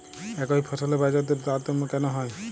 একই ফসলের বাজারদরে তারতম্য কেন হয়?